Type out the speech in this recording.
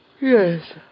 Yes